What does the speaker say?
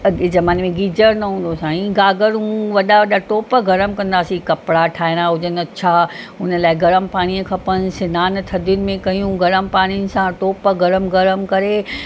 अॻे ज़माने में गीज़र न हूंदो हुओ साईं गागरू वॾा वॾा टोप गरम कंदासीं कपिड़ा ठाहिणा हुजनि अछा हुन लाइ गरम पाणी खपनि सनानु थधिनि में कयूं गरम पाणीनि सां टोप गरम गरम करे